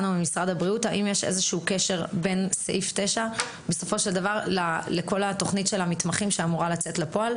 האם יש איזשהו קשר בין סעיף 9 לכל התכנית של המתמחים שאמורה לצאת לפועל?